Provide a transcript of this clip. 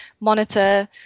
monitor